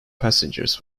passengers